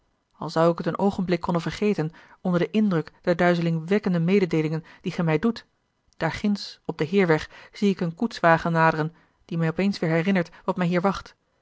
al zou ik het een oogenblik konnen vergeten onder den indruk der duizelingwekkende mededeelingen die gij mij doet daarginds op den heerweg zie ik een koetswagen naderen die mij op eens weêr herinnert wat mij hier wacht